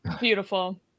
Beautiful